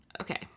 Okay